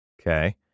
Okay